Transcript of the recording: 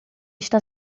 está